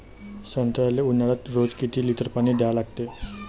संत्र्याले ऊन्हाळ्यात रोज किती लीटर पानी द्या लागते?